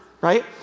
right